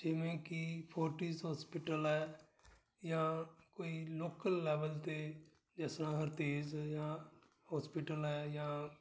ਜਿਵੇਂ ਕਿ Fortis hospital ਹੈ ਜਾਂ ਕੋਈ ਲੋਕਲ ਲੈਵਲ 'ਤੇ ਜਿਸ ਤਰ੍ਹਾਂ ਹਰਤੇਜ ਜਾਂ ਹੋਸਪਿਟਲ ਹੈ ਜਾਂ